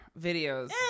videos